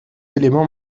éléments